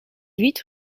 huit